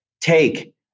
take